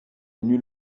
nul